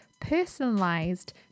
personalized